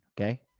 Okay